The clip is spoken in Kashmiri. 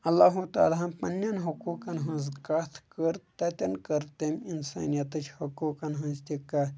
اللہ ہُہ تعالہَن پنٛنٮ۪ن حقوٗقَن ہٕنٛز کَتھ کٔر تَتٮ۪ن کٔر تٔمۍ اِنسٲنِیَتٕچ حقوٗقَق ہٕنٛز تہِ کَتھ